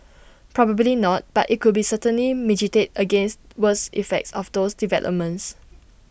probably not but IT could certainly mitigate against worst effects of those developments